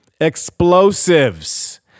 explosives